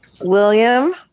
William